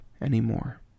anymore